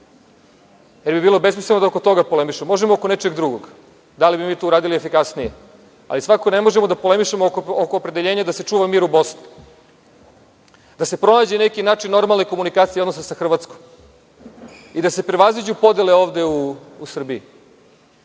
pa bi bilo besmisleno da oko toga polemišemo. Možemo oko nečeg drugog, da li bi mi to uradili efikasnije, ali svakako ne možemo da polemišemo oko opredeljenja da se čuva mir u Bosni, da se pronađe neki način normalne komunikacije i odnosa sa Hrvatskom i da se prevaziđu podele ovde u Srbiji.